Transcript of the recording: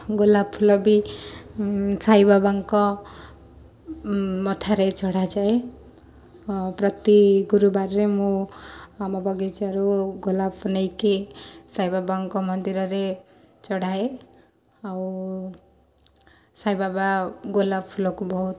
ଗୋଲାପ ଫୁଲ ବି ସାଇବାବାଙ୍କ ମଥାରେ ଚଢ଼ା ଯାଏ ପ୍ରତି ଗୁରୁବାରରେ ମୁଁ ଆମ ବଗିଚାରୁ ଗୋଲାପ ନେଇକି ସାଇବାବାଙ୍କ ମନ୍ଦିରରେ ଚଢ଼ାଏ ଆଉ ସାଇବାବା ଗୋଲାପ ଫୁଲକୁ ବହୁତ